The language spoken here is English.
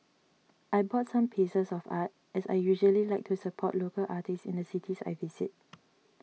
I bought some pieces of art as I usually like to support local artists in the cities I visit